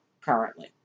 currently